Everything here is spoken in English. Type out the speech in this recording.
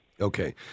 Okay